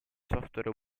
software